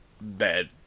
bad